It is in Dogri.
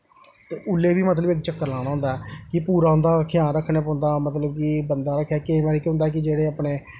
ते उसलै बी मतलब इक चक्कर लाना होंदा कि पूरा उं'दा ख्याल रक्खना पौंदा मतलब कि बंदा रक्खेआ केईं बारी केह् होंदा कि जेह्ड़े अपने